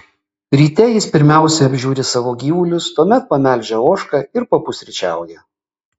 ryte jis pirmiausia apžiūri savo gyvulius tuomet pamelžia ožką ir papusryčiauja